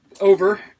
over